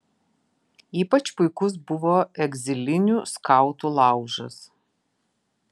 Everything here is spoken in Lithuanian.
ypač puikus buvo egzilinių skautų laužas